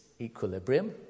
equilibrium